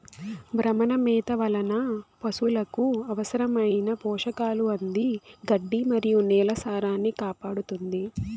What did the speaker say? భ్రమణ మేత వలన పసులకు అవసరమైన పోషకాలు అంది గడ్డి మరియు నేల సారాన్నికాపాడుతుంది